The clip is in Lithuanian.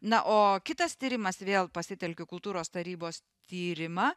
na o kitas tyrimas vėl pasitelkiu kultūros tarybos tyrimą